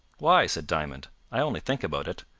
why? said diamond. i only think about it.